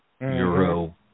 Euro